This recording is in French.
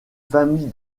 famille